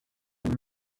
and